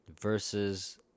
versus